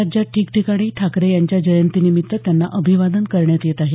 राज्यात ठिकठिकाणी ठाकरे यांच्या जयंतीनिमित्त त्यांना अभिवादन करण्यात येत आहे